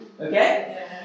Okay